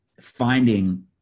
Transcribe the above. finding